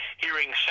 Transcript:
hearing